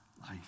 life